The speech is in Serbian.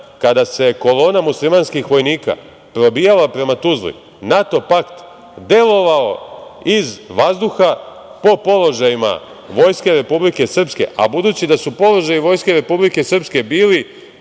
kada se kolona muslimanskih vojnika probijala prema Tuzli, NATO pakt delovao iz vazduha po položajima vojske Republike Srpske, a budući da su položaji vojske Republike Srpske bili